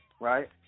right